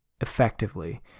effectively